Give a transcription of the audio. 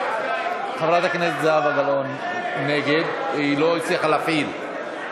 חברת הכנסת זהבה גלאון נגד, היא לא הצליחה להפעיל.